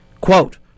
Quote